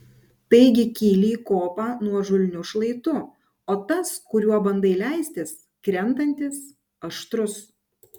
taigi kyli į kopą nuožulniu šlaitu o tas kuriuo bandai leistis krentantis aštrus